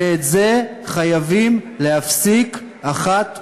ואת זה חייבים להפסיק אחת ולתמיד.